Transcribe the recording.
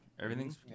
Everything's